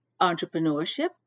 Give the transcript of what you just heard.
Entrepreneurship